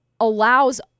allows